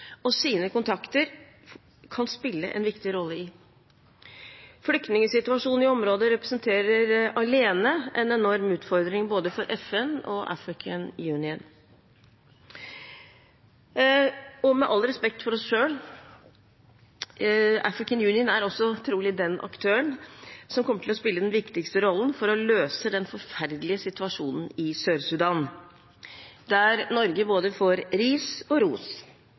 og sine kontakter kan spille en viktig rolle i. Flyktningsituasjonen i området representerer alene en enorm utfordring for både FN og African Union. Med all respekt for oss selv, African Union er også trolig den aktøren som kommer til å spille den viktigste rollen for å løse den forferdelige situasjonen i Sør-Sudan, der Norge får både ris og ros.